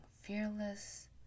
fearless